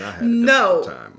No